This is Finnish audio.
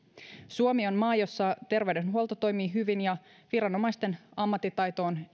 suomi on maa jossa terveydenhuolto toimii hyvin ja viranomaisten ammattitaito on